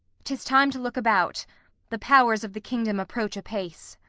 tis time to look about the powers of the kingdom approach apace.